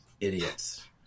idiots